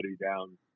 down